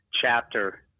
chapter